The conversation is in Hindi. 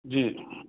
जी जी